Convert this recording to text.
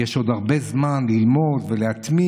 כי יש עוד הרבה זמן ללמוד ולהתמיד,